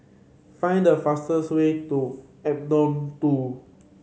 find the fastest way to two